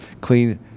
clean